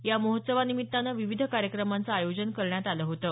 या महोत्सवानिमित्तानं विविध कार्यक्रमाचं आयोजन करण्यात आलं होतं